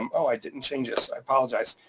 um ah i didn't change this, i apologize.